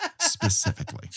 specifically